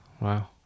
Wow